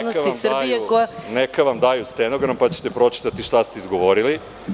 Slobodno, neka vam daju stenogram, pa ćete pročitati šta ste izgovorili.